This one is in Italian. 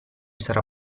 sarà